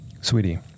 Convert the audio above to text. sweetie